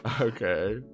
okay